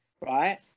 right